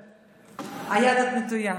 היד עוד נטויה,